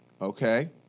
Okay